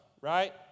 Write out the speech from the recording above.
right